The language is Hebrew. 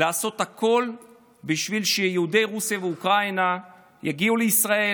לעשות הכול בשביל שיהודי רוסיה ואוקראינה יגיעו לישראל